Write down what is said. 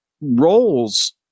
roles